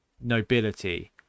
Nobility